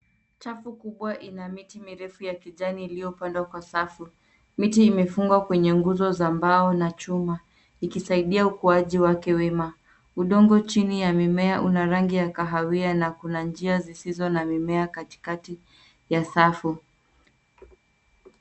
Chafu kubwa ina miti mirefu ya kijani iliyopandwa kwa safu. Miti imefungwa kwenye nguzo za mbao na chuma. Ikisaidia ukuaji wake wema. Udongo chini ya mimea unarangi ya kahawia na kuna njia zisizo na mimea katikati ya safu.